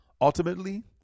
Ultimately